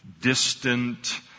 distant